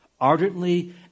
ardently